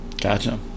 Gotcha